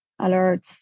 alerts